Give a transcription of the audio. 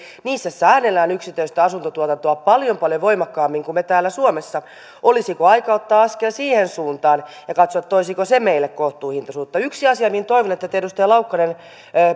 säädellään yksityistä asuntotuotantoa paljon paljon voimakkaammin kuin meillä täällä suomessa olisiko aika ottaa askel siihen suuntaan ja katsoa toisiko se meille kohtuuhintaisuutta yksi asia mihin toivon että te edustaja laukkanen